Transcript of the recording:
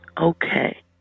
Okay